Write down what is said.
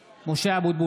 (קורא בשמות חברי הכנסת) משה אבוטבול,